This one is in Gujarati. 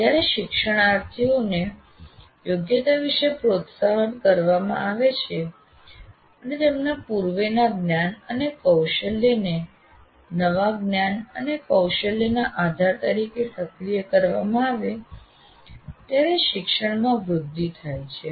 જયારે શિક્ષાર્થીઓને યોગ્યતાના વિષે પ્રોત્સાહિત કરવામાં આવે અને તેમના પૂર્વેના જ્ઞાન અને કૌશલ્યને નવા જ્ઞાન અને કૌશલ્યના આધાર તરીકે સક્રિય કરવામાં આવે ત્યારે શિક્ષણમાં વૃદ્ધિ થાય છે